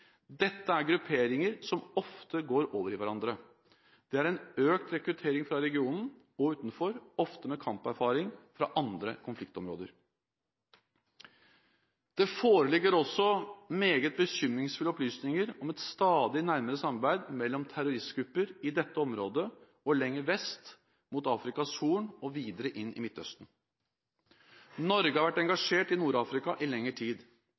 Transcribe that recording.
Dette er grupperinger som ofte går over i hverandre. Det er en økt rekruttering fra regionen og utenfor, ofte med kamperfaring fra andre konfliktområder. Det foreligger også meget bekymringsfulle opplysninger om et stadig nærmere samarbeid mellom terroristgrupper i dette området og lenger vest, mot Afrikas Horn og videre inn i Midtøsten. Norge har vært engasjert i Nord-Afrika i lengre tid.